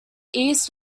east